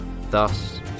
Thus